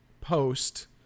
post